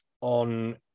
on